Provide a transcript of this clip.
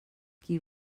qui